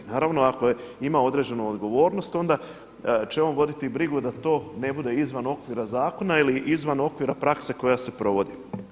I naravno ako ima određenu odgovornost onda će on voditi brigu da to ne bude izvan okvira zakona ili izvan okvira prakse koja se provodi.